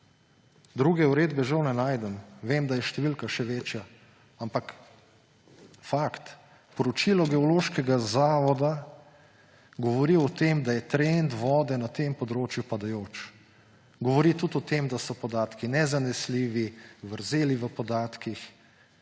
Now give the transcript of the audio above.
Druge uredbe žal ne najdem, vem, da je številka še večja, ampak fakt, poročilo Geološkega zavoda govori o tem, da je trend vode na tem območju padajoč. Govori tudi o tem, da so podatki nezanesljivi, vrzeli v podatkih.